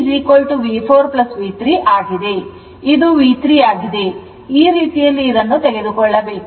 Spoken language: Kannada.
ಇದು V3 ಆಗಿದೆ ಈ ರೀತಿಯಲ್ಲಿ ಇದನ್ನು ತೆಗೆದುಕೊಳ್ಳಬೇಕು